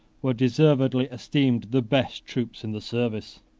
were deservedly esteemed the best troops in the service.